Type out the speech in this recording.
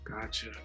Gotcha